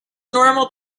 normal